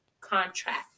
contract